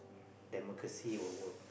democracy will work